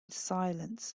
silence